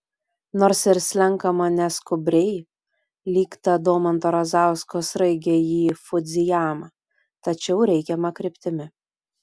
nors ir slenkama neskubriai lyg ta domanto razausko sraigė į fudzijamą tačiau reikiama kryptimi